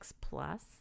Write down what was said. plus